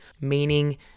meaning